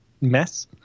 mess